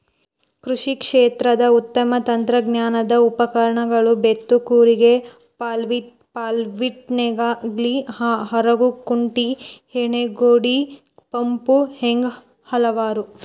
ಕೃಷಿ ಕ್ಷೇತ್ರದ ಉತ್ತಮ ತಂತ್ರಜ್ಞಾನದ ಉಪಕರಣಗಳು ಬೇತ್ತು ಕೂರಿಗೆ ಪಾಲ್ಟಿನೇಗ್ಲಾ ಹರಗು ಕುಂಟಿ ಎಣ್ಣಿಹೊಡಿ ಪಂಪು ಹೇಗೆ ಹಲವಾರು